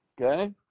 Okay